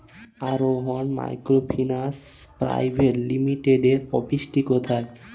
আরোহন microfinance private লিমিটেডের অফিসটি কোথায়?